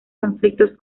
conflictos